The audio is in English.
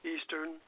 Eastern